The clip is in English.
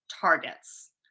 targets